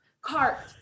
Cart